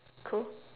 cool